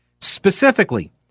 specifically